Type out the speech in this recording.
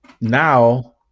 now